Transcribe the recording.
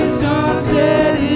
sunset